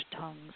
tongues